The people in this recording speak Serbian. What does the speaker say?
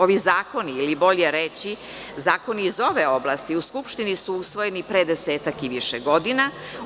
Ovi zakoni, ili bolje reći zakoni iz ove oblasti, u Skupštini su usvojeni pre desetak i više godina.